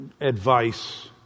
advice